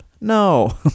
no